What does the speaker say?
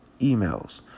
Emails